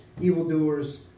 evildoers